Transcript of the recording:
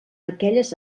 aquelles